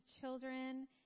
children